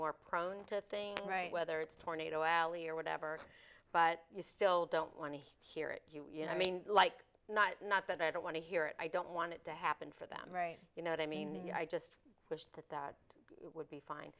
more prone to thing whether it's tornado alley or whatever but you still don't want to hear it you know i mean like not not that i don't want to hear it i don't want it to happen for them right you know i mean you know i just wish that that would be fine